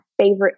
favorite